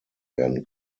werden